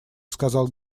сказал